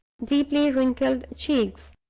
deeply wrinkled cheeks,